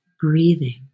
breathing